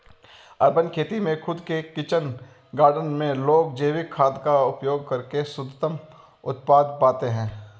urban खेती में खुद के किचन गार्डन में लोग जैविक खाद का उपयोग करके शुद्धतम उत्पाद पाते हैं